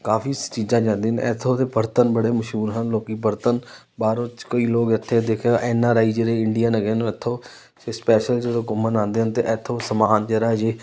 ਕਾਫੀ ਸ ਚੀਜ਼ਾਂ ਜਾਂਦੀਆਂ ਹਨ ਇੱਥੋਂ ਦੇ ਬਰਤਨ ਬੜੇ ਮਸ਼ਹੂਰ ਹਨ ਲੋਕ ਬਰਤਨ ਬਾਹਰੋਂ ਚ ਕਈ ਲੋਕ ਇੱਥੇ ਦੇਖਿਆ ਐੱਨ ਆਰ ਆਈ ਜਿਹੜੇ ਇੰਡੀਅਨ ਹੈਗੇ ਨੇ ਇੱਥੋਂ ਤੇ ਸਪੈਸ਼ਲ ਜਦੋਂ ਘੁੰਮਣ ਆਉਂਦੇ ਹਨ ਤਾਂ ਇੱਥੋਂ ਸਮਾਨ ਜਿਹੜਾ ਜੇ